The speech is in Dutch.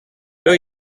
wil